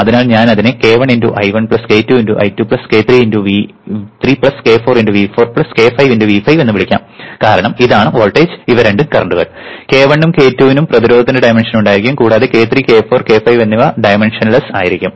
അതിനാൽ ഞാൻ അതിനെ k1 × I1 k2 × I2 k3 × V3 k4 × V4 k5 × V5 എന്ന് വിളിക്കാം കാരണം ഇതാണ് വോൾട്ടേജ് ഇവ രണ്ടും കറന്റുകൾ k1 ഉം k2 ന് പ്രതിരോധത്തിന്റെ ഡയമെൻഷൻ ഉണ്ടായിരിക്കും കൂടാതെ k3 k4 k5 എന്നിവ ഡയമെൻഷൻ ലെസ് ആയിരിക്കും